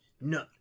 No